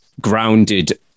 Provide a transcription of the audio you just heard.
grounded